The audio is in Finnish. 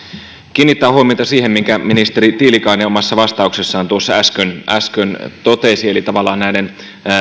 huomiota siihen minkä ministeri tiilikainen omassa vastauksessaan tuossa äsken äsken totesi eli näiden